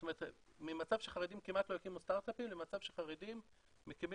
זאת אומרת ממצב שחרדים כמעט לא הקימו סטארט-אפים למצב שחרדים מקימים